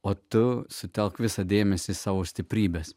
o tu sutelk visą dėmesį savo stiprybes